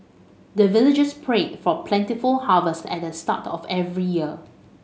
the villagers pray for plentiful harvest at the start of every year